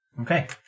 Okay